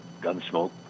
Gunsmoke